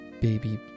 baby